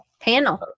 panel